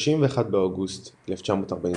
31 באוגוסט 1943